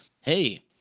hey